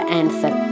answer